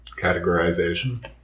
Categorization